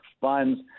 Funds